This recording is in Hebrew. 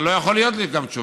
וגם לא יכולה להיות לי תשובה.